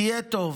"תהיה טוב,